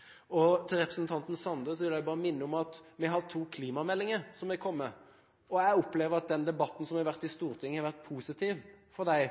hverandre. Til representanten Sande: Jeg vil bare minne om at det er kommet to klimameldinger. Jeg opplever at den debatten som har vært i Stortinget, har vært positiv for de